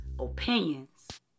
Opinions